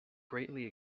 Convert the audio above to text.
greatly